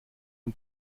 ein